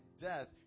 death